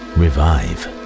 revive